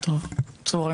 דרך אגב,